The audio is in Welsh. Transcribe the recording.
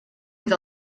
fydd